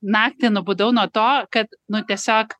naktį nubudau nuo to kad nu tiesiog